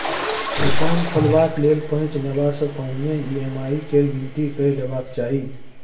दोकान खोलबाक लेल पैंच लेबासँ पहिने ई.एम.आई केर गिनती कए लेबाक चाही